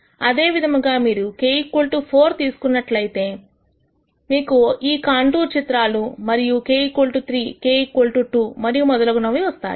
అదే విధముగా మీరు k4 ఉన్నట్లయితే మీకు ఈ కాంటూర్ చిత్రాలు మరియు k3 k2 మరియు మొదలగునవి వస్తాయి